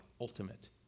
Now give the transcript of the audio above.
ultimate